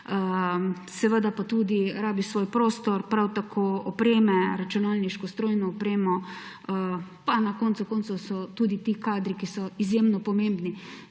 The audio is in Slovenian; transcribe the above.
Seveda pa tudi rabi svoj prostor, prav tako opremo, računalniško strojno opremo, pa na koncu koncev so tudi ti kadri, ki so izjemno pomembni,